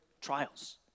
trials